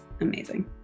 amazing